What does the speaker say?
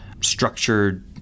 structured